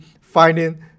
finding